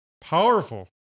Powerful